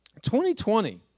2020